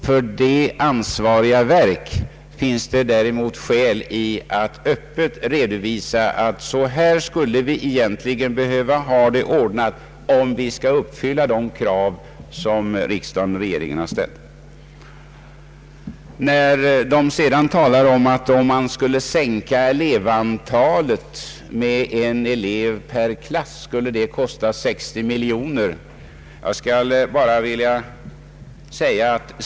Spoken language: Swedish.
För de ansvariga verken finns det däremot skäl att öppet redovisa att vi egentligen skulle behöva ha det ordnat på det här sättet, om vi skall uppfylla de krav som regering och riksdag har ställt. Om antalet elever minskas med en per klass, skulle det kosta 60 miljoner, har man sagt.